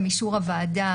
בהם אישור הוועדה.